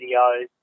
videos